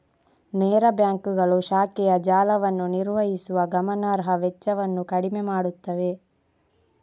ನೇರ ಬ್ಯಾಂಕುಗಳು ಶಾಖೆಯ ಜಾಲವನ್ನು ನಿರ್ವಹಿಸುವ ಗಮನಾರ್ಹ ವೆಚ್ಚವನ್ನು ಕಡಿಮೆ ಮಾಡುತ್ತವೆ